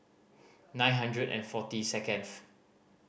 nine hundred and forty second